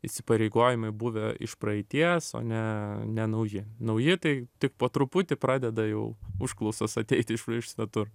įsipareigojimai buvę iš praeities o ne ne nauji nauji tai tik po truputį pradeda jau užklausos ateiti iš svetur